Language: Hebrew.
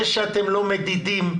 זה שאתם לא מדידים,